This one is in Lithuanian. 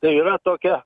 tai yra tokia